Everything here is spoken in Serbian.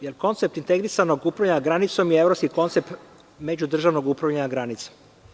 Jer, koncept integrisanog upravljanja granicom je evropski koncept međudržavnog upravljanja granicom.